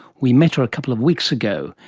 we met her a couple of weeks ago.